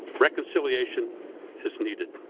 reconciliation is needed.